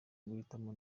guhitamo